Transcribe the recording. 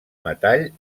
metall